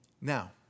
now